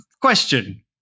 question